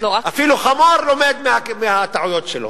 אפילו חמור לומד מהטעויות שלו.